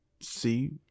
see